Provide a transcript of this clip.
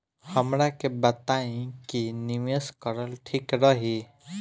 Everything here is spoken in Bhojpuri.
हमरा के बताई की निवेश करल ठीक रही?